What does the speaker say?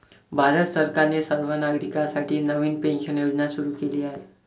भारत सरकारने सर्व नागरिकांसाठी नवीन पेन्शन योजना सुरू केली आहे